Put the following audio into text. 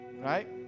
Right